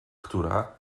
która